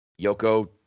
Yoko